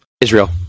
Israel